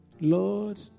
Lord